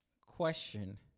Question